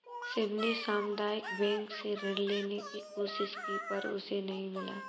शिव ने सामुदायिक बैंक से ऋण लेने की कोशिश की पर उसे नही मिला